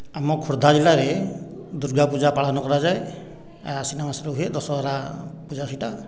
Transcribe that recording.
ଆମ ଖୋର୍ଦ୍ଧା ଜିଲ୍ଲାରେ ଦୁର୍ଗାପୂଜା ପାଳନ କରାଯାଏ ଆଶ୍ୱିନ ମାସରେ ହୁଏ ଦଶହରା ପୂଜା ସେଇଟା